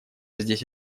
здесь